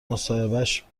مصاحبهش